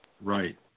Right